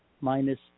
minus